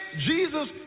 Jesus